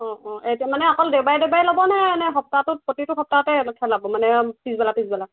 অঁ অঁ এতিয়া মানে অকল দেওবাৰে দেওবাৰে ল'বনে নে সপ্তাহটোত প্ৰতিটো সপ্তাহতে খেলাব মানে পিছবেলা পিছবেলা